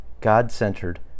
God-centered